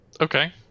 Okay